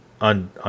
on